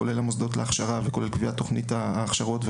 כולל המוסדות להכשרה וקביעת תכנית ההכשרות,